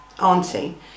auntie